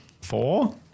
four